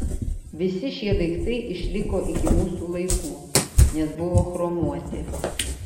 visi šie daiktai išliko iki mūsų laikų nes buvo chromuoti